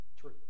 True